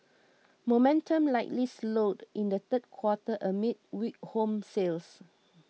momentum likely slowed in the third quarter amid weak home sales